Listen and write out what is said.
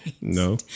No